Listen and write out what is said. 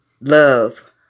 love